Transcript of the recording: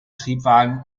triebwagen